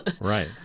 right